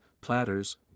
platters